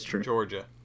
Georgia